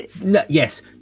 Yes